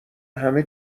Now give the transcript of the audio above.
همه